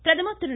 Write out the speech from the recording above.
பிரதமர் திரு